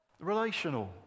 relational